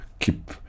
keep